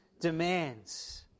demands